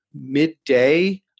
midday